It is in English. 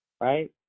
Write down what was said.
Right